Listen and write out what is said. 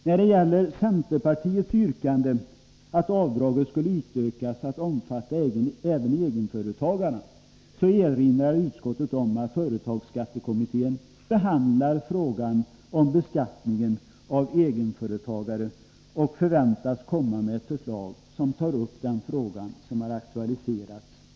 När det gäller centerpartiets yrkanden om att avdraget skulle utökas till att omfatta även egenföretagarna, erinrar utskottet om att företagsskattekommittén behandlar frågan om beskattningen av egenföretagare och att den förväntas komma med ett förslag som tar upp den frågan. Herr talman!